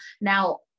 Now